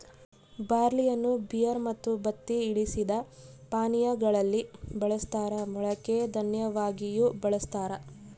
ಬಾರ್ಲಿಯನ್ನು ಬಿಯರ್ ಮತ್ತು ಬತ್ತಿ ಇಳಿಸಿದ ಪಾನೀಯಾ ಗಳಲ್ಲಿ ಬಳಸ್ತಾರ ಮೊಳಕೆ ದನ್ಯವಾಗಿಯೂ ಬಳಸ್ತಾರ